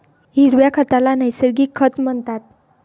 हिरव्या खताला नैसर्गिक खत म्हणतात